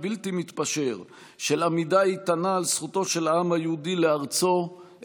בלתי מתפשר של עמידה איתנה על זכותו של העם היהודי לארצו,